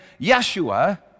Yeshua